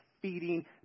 feeding